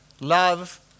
love